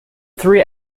three